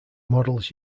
models